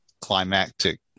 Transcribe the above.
climactic